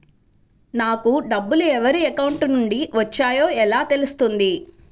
నాకు డబ్బులు ఎవరి అకౌంట్ నుండి వచ్చాయో ఎలా తెలుస్తుంది?